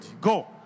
Go